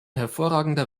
hervorragender